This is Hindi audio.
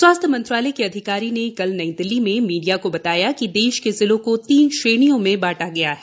स्वास्थ्य मंत्रालय के अधिकारी ने कल नई दिल्ली में मीडिया को बताया कि देश के जिलों को तीन श्रेणियों में बांटा गया है